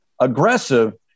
aggressive